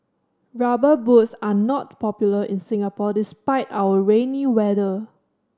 Rubber Boots are not popular in Singapore despite our rainy weather